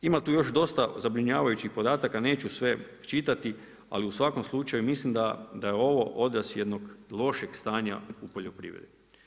Ima tu još dosta zabrinjavajućih podataka, neću sve čitati, ali u svakom slučaju, mislim da je ovo odraz jednog lošeg stanja u poljoprivredi.